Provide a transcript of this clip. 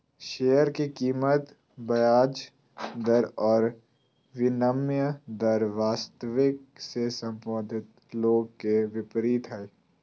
share के कीमत ब्याज दर और विनिमय दर वास्तविक से संबंधित लोग के विपरीत हइ